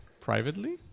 privately